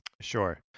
sure